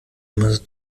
immer